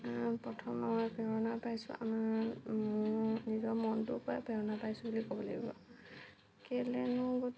প্ৰথম মই প্ৰেৰণা পাইছো আমাৰ নিজৰ মনটোৰ পৰাই প্ৰেৰণা পাইছো বুলি ক'ব লাগিব কেলৈনো